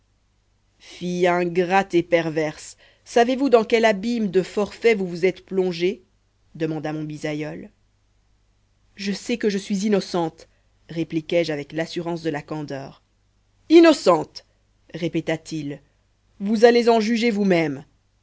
fille ingrate et perverse savez-vous dans quel abîme de forfaits vous vous êtes plongée demanda mon bisaïeul je sais que je suis innocente répliquai-je avec l'assurance de la candeur innocente répéta-t-il vous allez on juger vous-même